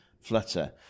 flutter